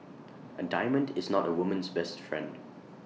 A diamond is not A woman's best friend